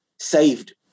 saved